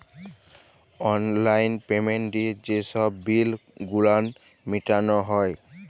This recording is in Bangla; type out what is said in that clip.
অললাইল পেমেল্ট দিঁয়ে যে ছব বিল গুলান মিটাল হ্যয়